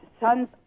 sons